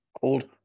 called